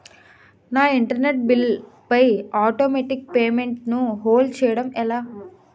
నా internet bill పై automatic payment ను హోల్డ్ చేయటం ఎలా?